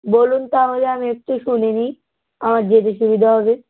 বলুন তাহলে আমি একটু শুনে নিই আমার যেতে সুবিধা হবে